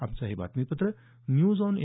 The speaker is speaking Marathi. आमचं हे बातमीपत्र न्यूज ऑन ए